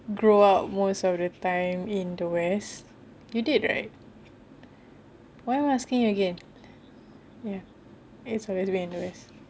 grow up most of the time in the west you did right why am I asking again ya it's always been in the west